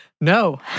No